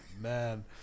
Man